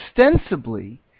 ostensibly